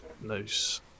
nice